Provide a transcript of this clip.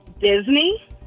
Disney